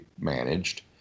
managed